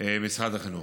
משרד החינוך.